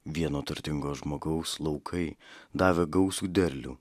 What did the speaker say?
vieno turtingo žmogaus laukai davė gausų derlių